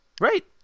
Right